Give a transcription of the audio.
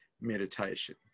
meditation